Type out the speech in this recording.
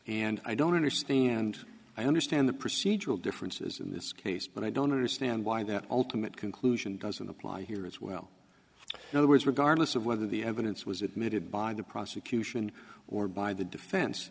and i don't understand i understand the procedural differences in this case but i don't understand why that ultimate conclusion doesn't apply here as well in other words regardless of whether the evidence was admitted by the prosecution or by the defense